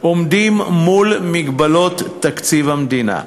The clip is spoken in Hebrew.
עומדות מול מגבלות תקציב המדינה.